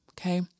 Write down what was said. Okay